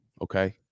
okay